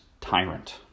tyrant